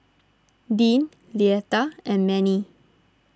Deann Leatha and Mannie